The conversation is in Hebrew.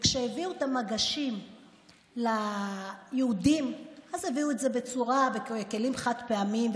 כשהביאו את המגשים ליהודים אז הביאו את זה בכלים חד-פעמיים,